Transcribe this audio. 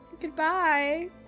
Goodbye